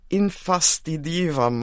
infastidiva